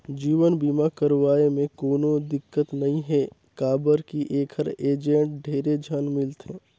जीवन बीमा करवाये मे कोनो दिक्कत नइ हे काबर की ऐखर एजेंट ढेरे झन मिलथे